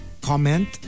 comment